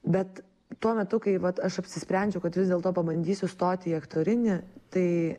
bet tuo metu kai vat aš apsisprendžiau kad vis dėlto pabandysiu stoti į aktorinį tai